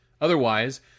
Otherwise